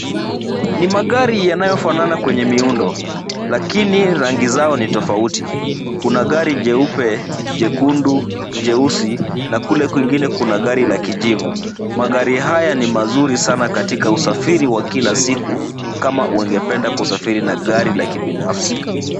Ni magari yanayofanana kwenye miundo, lakini rangi zao ni tofauti. Kuna gari jeupe, jekundu, jeusi na kule kwingine kuna gari la kijivu. Magari haya ni mazuri sana katika usafiri wa kila siku, kama ungependa kusafiri na gari la kibinafsi.